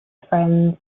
friends